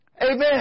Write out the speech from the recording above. Amen